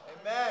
Amen